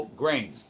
grain